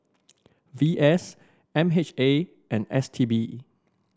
V S M H A and S T B